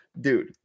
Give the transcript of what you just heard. dude